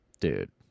Dude